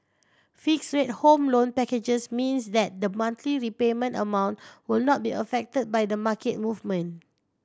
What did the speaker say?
fixed rate Home Loan packages means that the monthly repayment amount will not be affect by the market movement